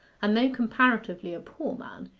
and though comparatively a poor man,